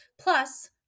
Plus